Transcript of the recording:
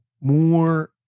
more